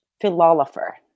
philosopher